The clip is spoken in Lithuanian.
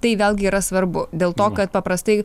tai vėlgi yra svarbu dėl to kad paprastai